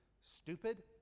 stupid